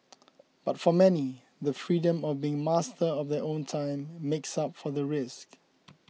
but for many the freedom of being master of their own time makes up for the risks